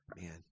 Man